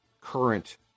current